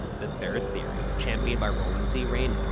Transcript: the third theory, championed by rollin c. reineck,